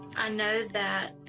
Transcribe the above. i know that,